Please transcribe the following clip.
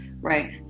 Right